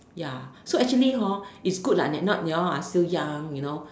ya so actually hor it's good lah they not you all are still young you know